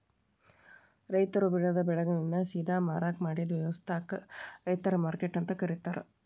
ರೈತರು ಬೆಳೆದ ಬೆಳೆಗಳನ್ನ ಸೇದಾ ಮಾರಾಕ್ ಮಾಡಿದ ವ್ಯವಸ್ಥಾಕ ರೈತರ ಮಾರ್ಕೆಟ್ ಅಂತ ಕರೇತಾರ